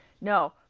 No